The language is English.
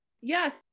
yes